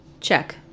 check